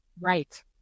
Right